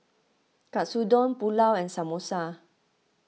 Katsudon Pulao and Samosa